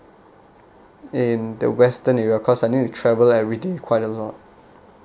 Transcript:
in the western area cause I need to travel everyday quite a lot